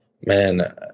man